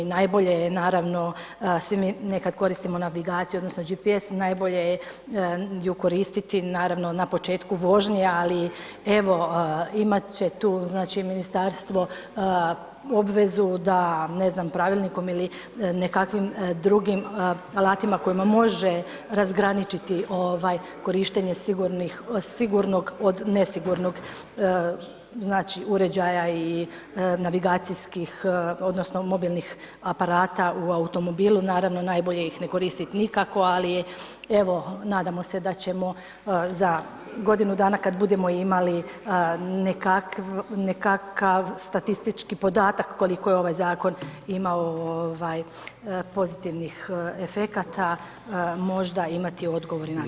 Najbolje je naravno, svi mi nekad koristimo navigaciju, odnosno GPS, najbolje je ju koristiti naravno na početku vožnje, ali evo, imat će tu znači ministarstvo obvezu da, ne znam, pravilnikom ili nekakvih drugim alatima kojima može razgraničiti korištenje sigurnog od nesigurnog uređaja i navigacijskih odnosno mobilnih aparata u automobilu, naravno najbolje ih ne koristiti nikako, ali evo, nadamo se da ćemo za godinu dana kad budemo imali nekakav statistički podatak koliko je ovaj zakon imao pozitivnih efekata, možda imati odgovor